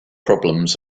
problems